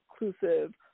inclusive